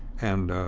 and